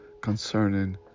concerning